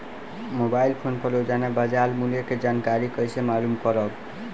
Mobile phone पर रोजाना बाजार मूल्य के जानकारी कइसे मालूम करब?